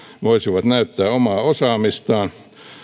voisivat näyttää omaa osaamistaan